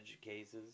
cases